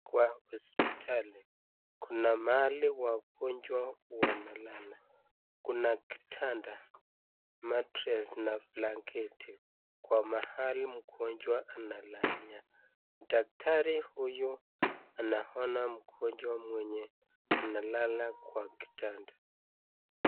Kwa hospitali kuna mahali wagonjwa wanalala, kuna kitanda, matres na blakenti kwa mahali mgonjwa analalia. Daktari huyu anaona mgonjwa mwenye analala kwa kitanda.